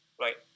right